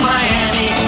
Miami